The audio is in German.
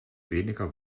weniger